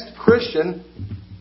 Christian